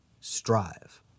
strive